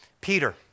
Peter